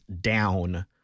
down